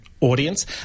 audience